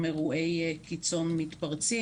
ולדחות עוד את היעדים של איפוס ובנייה מאופסת פחמן.